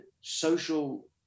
social